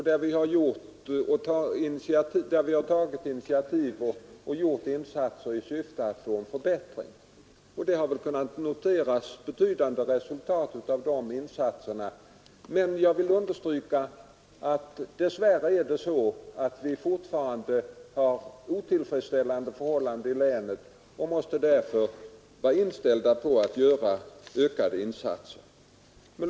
Där har gjorts betydande insatser i syfte att nå en förbättring. Resultat av dessa insatser har väl kunnat noteras. Men jag vill understryka att vi dess värre fortfarande har otillfred lande förhållanden i detta län och därför måste vara inställda på ökade insatser.